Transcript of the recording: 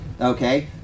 okay